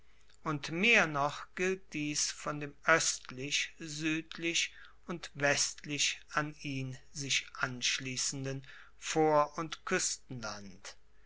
und mehr noch gilt dies von dem oestlich suedlich und westlich an ihn sich anschliessenden vor und kuestenland